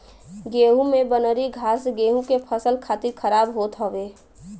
गेंहू में बनरी घास गेंहू के फसल खातिर खराब होत हउवे